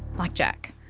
like jack.